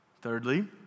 Thirdly